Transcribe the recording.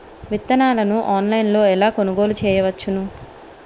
విత్తనాలను ఆన్లైన్లో ఎలా కొనుగోలు చేయవచ్చున?